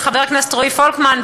של חברי הכנסת רועי פולקמן,